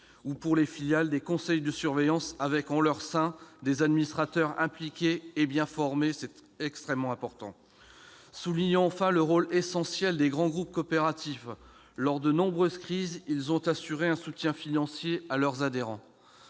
ou, pour les filiales, des conseils de surveillance, avec, en leur sein, des administrateurs impliqués et bien formés ; ce point est extrêmement important. Soulignons enfin le rôle essentiel des grands groupes coopératifs. Lors de nombreuses crises, ils ont assuré un soutien financier à leurs adhérents.